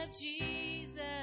Jesus